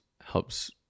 helps